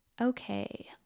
Okay